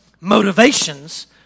motivations